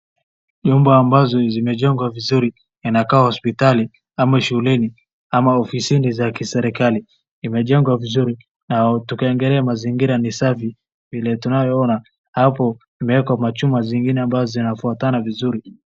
Nyumba ambazo zimejengwa vizuri yanakaa hospitalini am shuleni ama ofisini za kiserikali. Imejengwa vizuri na tukiangalia mazingira ni safi vile tunayoona hapo kumeekwa machuma zingine ambazo zinazofuatana vizuri.